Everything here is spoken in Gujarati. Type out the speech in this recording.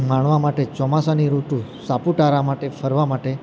માણવા માટે ચોમાસાની ઋતુ સાપુતારા માટે ફરવા માટે